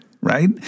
right